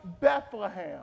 Bethlehem